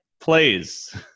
please